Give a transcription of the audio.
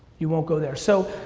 you won't go there. so,